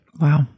Wow